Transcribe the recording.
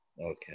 okay